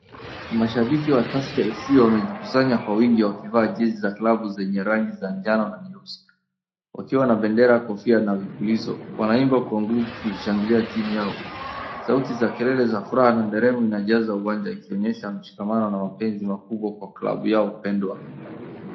Mashabiki wa Tusker FC wamejikusanya kwa wingi wakivaa jezi za klabu zenye rangi za njano na nyeusi, wakiwa na bendera, kofia na vipulizo. Wanaimba kwa nguvu kushangilia tumi yao. Sauti za kelele za furaha na nderemo inajaza uwanja ikionyesha mshikamana na mapenzi makubwa kwa klabu yao pendwa.